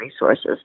resources